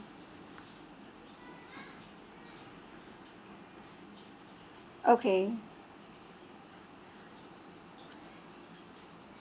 okay